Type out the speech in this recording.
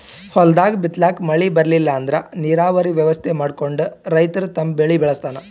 ಹೊಲ್ದಾಗ್ ಬಿತ್ತಲಾಕ್ ಮಳಿ ಬರ್ಲಿಲ್ಲ ಅಂದ್ರ ನೀರಾವರಿ ವ್ಯವಸ್ಥೆ ಮಾಡ್ಕೊಂಡ್ ರೈತ ತಮ್ ಬೆಳಿ ಬೆಳಸ್ತಾನ್